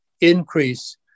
increase